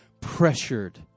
pressured